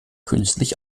künstlich